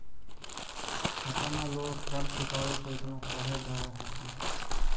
पता न लोग कर चुकावे से एतना काहे डरऽ हथिन